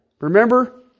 Remember